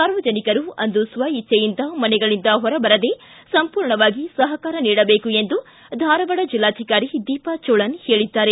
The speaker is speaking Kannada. ಸಾರ್ವಜನಿಕರು ಅಂದು ಸ್ವಇಚ್ಚೆಯಿಂದ ಮನೆಗಳಿಂದ ಹೊರಬರದೇ ಸಂಪೂರ್ಣವಾಗಿ ಸಹಕಾರ ನೀಡಬೇಕು ಎಂದು ಧಾರವಾಡ ಜಿಲ್ಲಾಧಿಕಾರಿ ದೀಪಾ ಚೋಳನ್ ಹೇಳಿದ್ದಾರೆ